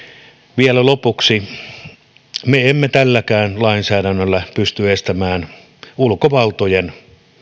vielä lopuksi me emme tälläkään lainsäädännöllä pysty estämään ulkovaltojen